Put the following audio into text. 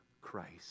Christ